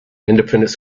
independent